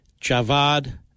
Javad